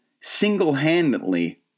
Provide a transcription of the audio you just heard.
single-handedly